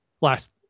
last